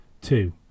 Two